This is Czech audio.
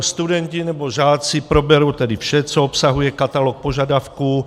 Studenti nebo žáci proberou tedy vše, co obsahuje katalog požadavků.